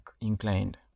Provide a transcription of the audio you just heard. inclined